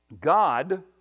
God